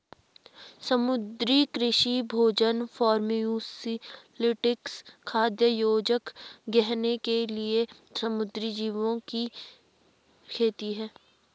समुद्री कृषि भोजन फार्मास्यूटिकल्स, खाद्य योजक, गहने के लिए समुद्री जीवों की खेती है